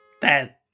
dead